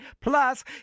Plus